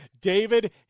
David